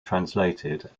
translated